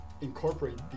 incorporate